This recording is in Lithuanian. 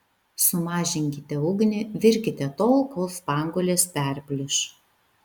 sumažinkite ugnį virkite tol kol spanguolės perplyš